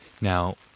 Now